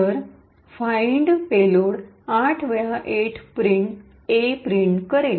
तर फाईनड पेलोड 8 वेळा A प्रिंट करेल